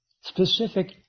specific